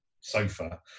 sofa